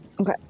Okay